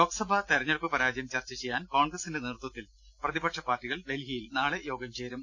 ലോക്സഭ തെരഞ്ഞെടുപ്പ് പരാജയം ചർച്ച ചെയ്യാൻ കോൺഗ്ര സിന്റെ നേതൃത്വത്തിൽ പ്രതിപക്ഷ പാർട്ടികൾ ഡൽഹിയിൽ നാളെ യോഗം ചേരും